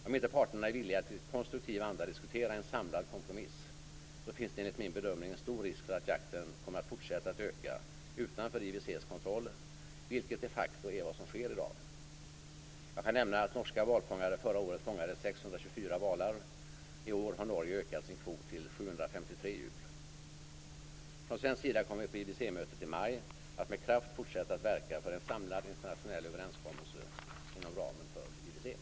Om inte parterna är villiga att i konstruktiv anda diskutera en samlad kompromiss finns det enligt min bedömning en stor risk för att jakten kommer att fortsätta att öka utanför IWC:s kontroll, vilket de facto är vad som sker i dag. Som exempel kan jag nämna att norska valfångare förra året fångade 624 valar. I år har Norge ökat sin kvot till 753 djur. Från svensk sida kommer vi på IWC-mötet i maj att med kraft fortsätta att verka för en samlad internationell överenskommelse inom ramen för IWC.